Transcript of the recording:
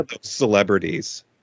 celebrities